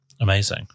Amazing